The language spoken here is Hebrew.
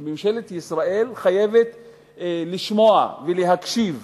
וממשלת ישראל חייבת לשמוע ולהקשיב